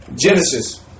Genesis